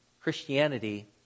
Christianity